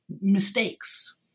mistakes